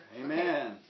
Amen